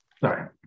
Sorry